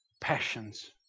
passions